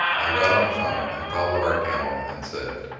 i got on the phone and called lar gamble and said,